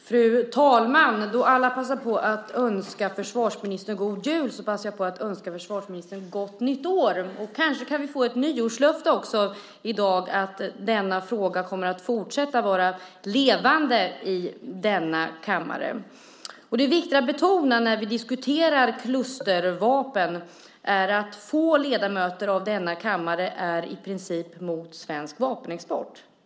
Fru talman! Då alla passar på att önska försvarsministern god jul passar jag på att önska försvarsministern gott nytt år. Kanske kan vi få ett nyårslöfte i dag också, att denna fråga kommer att fortsätta vara levande i denna kammare. Det är viktigt att betona när vi diskuterar klustervapen att få ledamöter av denna kammare är i princip mot svensk vapenexport.